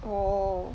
oh